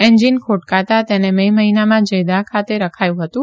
engine ખોટકાતાં તેને May મહિનામાં જેહાદ ખાતે રખાયું હતું